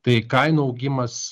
tai kainų augimas